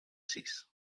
sis